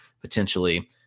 potentially